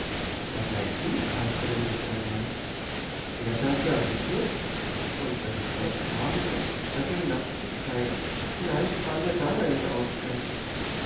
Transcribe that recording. dabei schlief kasperle nicht einmal der dachte an die flucht und er beschloß morgen doch die treppe hinabzusteigen vielleicht fand er da einen ausgang